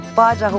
pode